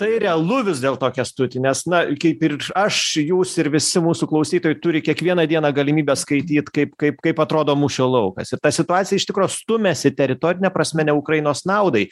tai realu vis dėlto kęstuti nes na kaip ir aš jūs ir visi mūsų klausytojai turi kiekvieną dieną galimybę skaityt kaip kaip kaip atrodo mūšio laukas ir ta situacija iš tikro stumiasi teritorine prasme ne ukrainos naudai